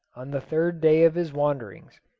on the third day of his wanderings,